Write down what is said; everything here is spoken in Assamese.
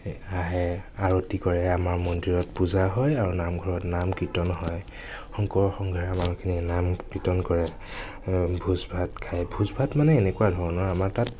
আহে আৰতি কৰে আমাৰ মন্দিৰত পূজা হয় আৰু নামঘৰত নাম কীৰ্তন হয় শংকৰ সংঘৰীয়া মানুহখিনি নাম কীৰ্তন কৰে ভোজ ভাত খাই ভোজ ভাত মানে এনেকুৱা ধৰণৰ আমাৰ তাত